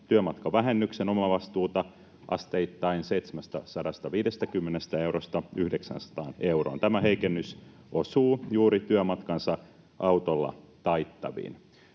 työmatkavähennyksen omavastuuta asteittain 750 eurosta 900 euroon. Tämä heikennys osuu juuri työmatkansa autolla taittaviin.